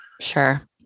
Sure